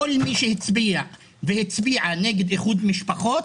כל מי שהצביע והצביעה נגד איחוד המשפחות